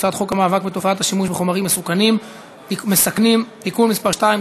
הצעת חוק המאבק בתופעת השימוש בחומרים מסכנים (תיקון מס' 2),